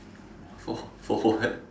for for what